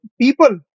people